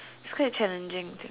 it's quite challenging